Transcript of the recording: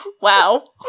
wow